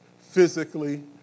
physically